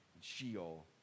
Sheol